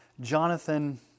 Jonathan